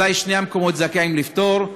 אזי שני המקומות זכאים לפטור,